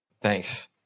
Thanks